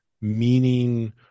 meaning